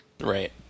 Right